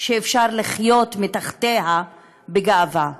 שאפשר לחיות מתחתיה בגאווה.